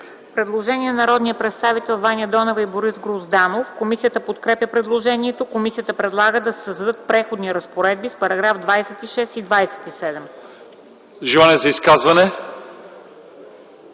Предложение на народния представител Ваня Донева и Борис Грозданов. Комисията подкрепя предложението. Комисията предлага да се създадат Преходни разпоредби с § 26 и 27. ПРЕДСЕДАТЕЛ